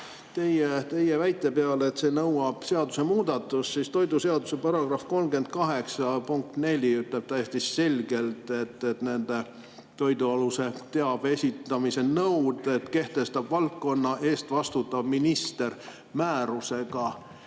teie väite kohta, et see nõuab seadusemuudatust. Toiduseaduse § 38 punkt 4 ütleb täiesti selgelt, et toidualase teabe esitamise nõuded kehtestab valdkonna eest vastutav minister määrusega.